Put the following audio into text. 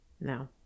No